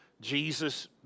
Jesus